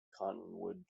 cottonwood